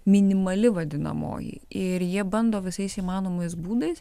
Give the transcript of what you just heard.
minimali vadinamoji ir jie bando visais įmanomais būdais